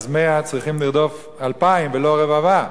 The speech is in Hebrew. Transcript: אז 100 צריכים לרדוף 2,000, ולא רבבה.